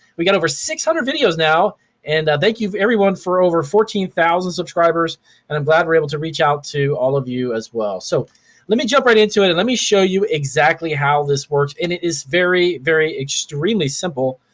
we got over six hundred videos now and thank you everyone for over fourteen thousand subscribers and i'm glad we're able to reach out to all of you as well. so let me jump right into it and let me show you exactly how this works and it is very, very, extremely simple.